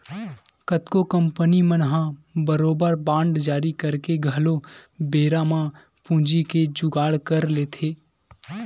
कतको कंपनी मन ह बरोबर बांड जारी करके घलो बेरा म पूंजी के जुगाड़ कर लेथे